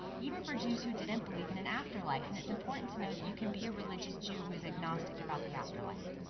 even for jews who didn't believe in an afterlife. and it's important to know that you can be a religious jew who is agnostic about the afterlife.